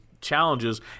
challenges